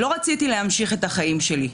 לא רציתי להמשיך את החיים שלי.